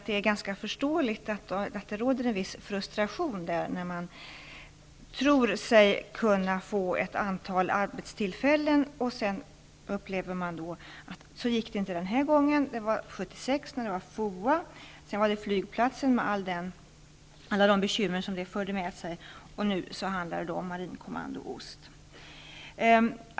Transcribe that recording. Det är ganska förståeligt att det råder en viss frustration, eftersom man har trott sig kunna få ett antal arbetstillfällen, och sedan får man återigen uppleva att det inte går. Detta inträffade år 1976 när det gällde FOA. Sedan gällde det flygplatsen med alla de bekymmer som det förde med sig. Nu handlar det om marinkommando-ost.